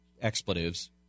expletives